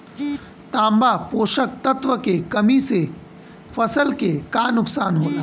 तांबा पोषक तत्व के कमी से फसल के का नुकसान होला?